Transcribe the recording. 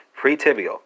Pre-tibial